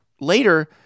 later